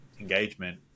engagement